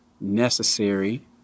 necessary